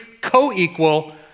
co-equal